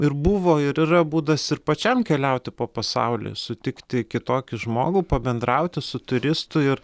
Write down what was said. ir buvo ir yra būdas ir pačiam keliauti po pasaulį sutikti kitokį žmogų pabendrauti su turistu ir